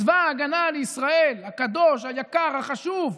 צבא ההגנה לישראל הקדוש, היקר, החשוב.